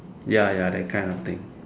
ya ya that kind of thing